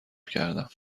کردم